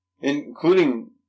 including